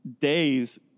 days